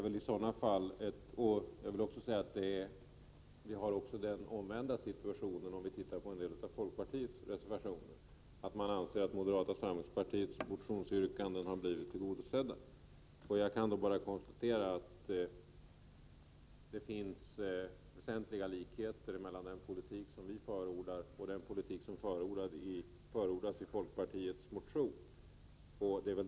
Vi har även den omvända situationen, om vi ser på en del av folkpartiets reservationer, att moderata samlingspartiets motionsyrkanden har blivit tillgodosedda. Jag kan konstatera att det finns väsentliga likheter mellan den politik som vi förordar och den politik som förordas i folkpartiets motion.